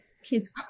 Kids